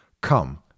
Come